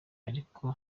ariko